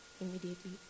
immediately